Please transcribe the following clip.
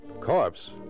Corpse